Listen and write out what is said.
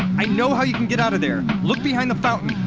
i know how you can get out of there. look behind the fountain.